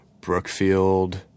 Brookfield